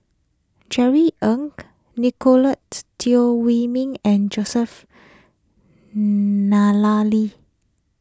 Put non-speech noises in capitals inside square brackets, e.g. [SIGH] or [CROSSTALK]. Jerry Ng [NOISE] Nicolette Teo Wei Min and Joseph [HESITATION] [UNINTELLIGIBLE]